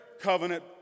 covenant